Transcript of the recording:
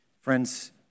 Friends